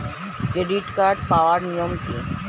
Credit card পাওয়ার নিয়ম কী?